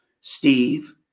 Steve